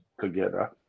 together